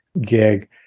gig